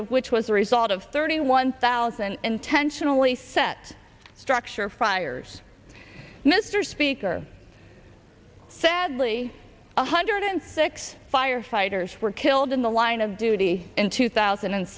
of which was the result of thirty one thousand intentionally set structure fires mr speaker sadly one hundred and six firefighters were killed in the line of duty in two thousand and